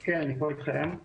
כן, אני פה אתכם.